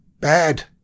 Bad